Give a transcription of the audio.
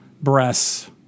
breasts